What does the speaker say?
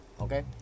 Okay